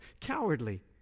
Cowardly